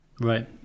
right